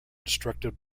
destructive